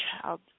child